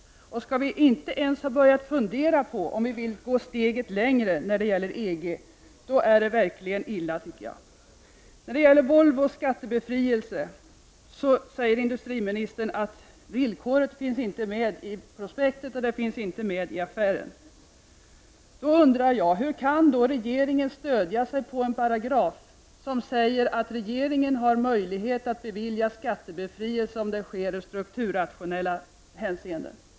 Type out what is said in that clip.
Och om vi inte ens har börjat fundera på om vi vill gå steget längre i fråga om EG, då är det enligt min uppfattning verkligen illa. När det gäller Volvos skattebefrielse säger industriministern att villkoret inte finns med i prospektet och inte i affären. Då undrar jag: Hur kan regeringen stödja sig på en paragraf som säger att regeringen har möjlighet att bevilja skattebefrielse om den sker av strukturrationella hänsyn?